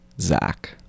Zach